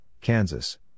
Kansas